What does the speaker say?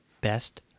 best